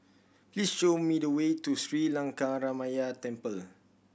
please show me the way to Sri Lankaramaya Temple